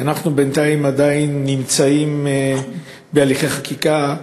ואנחנו בינתיים עדיין נמצאים בהליכי חקיקה.